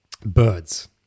Birds